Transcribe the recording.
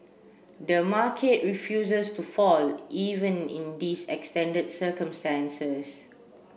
the market refuses to fall even in these extended circumstances